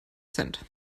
cent